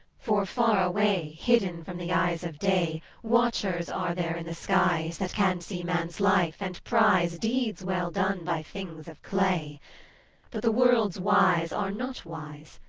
for, far away, hidden from the eyes of day, watchers are there in the skies, that can see man's life, and prize deeds well done by things of clay. but the world's wise are not wise,